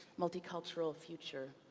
multi-cultural future.